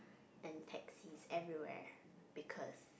and taxis everywhere because